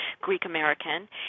Greek-American